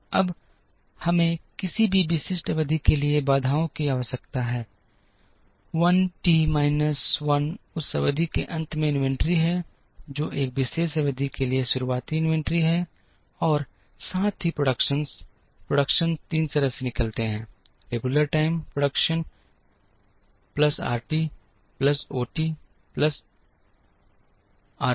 अब हमें किसी भी विशिष्ट अवधि के लिए बाधाओं की आवश्यकता है I टी माइनस 1 उस अवधि के अंत में इन्वेंट्री है जो एक विशेष अवधि के लिए शुरुआती इन्वेंट्री है और साथ ही प्रोडक्शंस प्रोडक्शंस तीन तरह से निकलते हैं regular time production plus RT plus OT plus of T